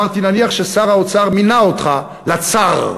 אמרתי: נניח ששר האוצר מינה אותך לצאר,